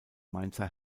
mainzer